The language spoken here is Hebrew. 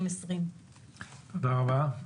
תודה רבה.